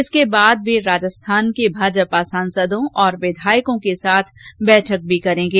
इसके बादे वे राजस्थान के भाजपा सांसदों और विधायकों के साथ बैठक भी करेंगे